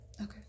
Okay